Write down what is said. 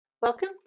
Welcome